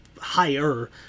higher